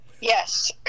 Yes